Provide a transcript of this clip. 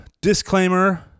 Disclaimer